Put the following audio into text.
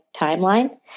timeline